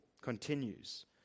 continues